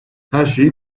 herşeyi